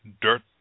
dirt